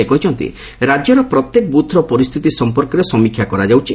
ସେ କହିଛନ୍ତି ରାକ୍ୟର ପ୍ରତ୍ୟେକ ବୃଥ୍ର ପରିସ୍ଚିତି ସମ୍ପର୍କରେ ସମୀକ୍ଷା କରାଯାଉଛି